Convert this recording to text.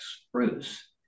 spruce